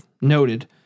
noted